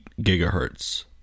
gigahertz